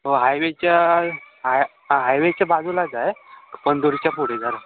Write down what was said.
हो हायवेच्या हाय हायवेच्या बाजूलाच आहे पणदूरच्या पुढे जरा